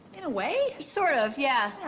in a way. sort of, yeah.